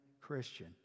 Christian